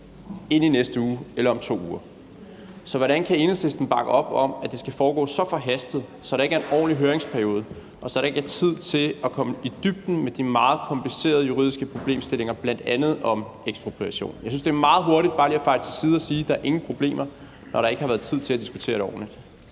end i næste uge eller om 2 uger. Så hvordan kan Enhedslisten bakke op om, at det skal foregå så forhastet, så der ikke er en ordentlig høringsperiode, og så der ikke er tid til at komme i dybden med de meget komplicerede juridiske problemstillinger, bl.a. om ekspropriation? Jeg synes, det er meget hurtigt, at man bare lige fejer det til side og siger, at der er ingen problemer, når der ikke har været tid til at diskutere det ordentligt.